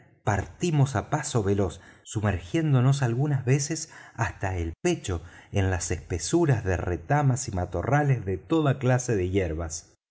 partimos á paso veloz sumergiéndonos algunas veces hasta el pecho en las espesuras de retamas y matorrales de toda clase de yerbas